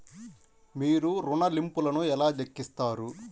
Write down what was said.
మీరు ఋణ ల్లింపులను ఎలా లెక్కిస్తారు?